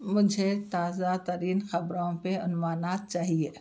مجھے تازہ ترین خبروں پہ عنوانات چاہیے